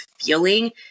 feeling